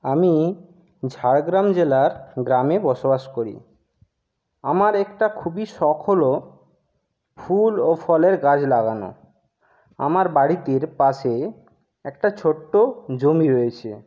আমি ঝাড়গ্রাম জেলার গ্রামে বসবাস করি আমার একটা খুবই শখ হল ফুল ও ফলের গাছ লাগানো আমার বাড়িটির পাশে একটা ছোট্টো জমি রয়েছে